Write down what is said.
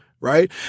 Right